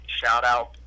shout-out